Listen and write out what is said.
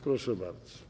Proszę bardzo.